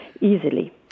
easily